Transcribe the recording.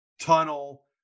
tunnel